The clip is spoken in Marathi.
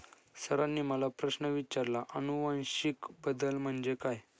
सरांनी मला प्रश्न विचारला आनुवंशिक बदल म्हणजे काय?